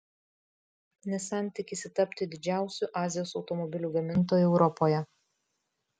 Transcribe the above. nissan tikisi tapti didžiausiu azijos automobilių gamintoju europoje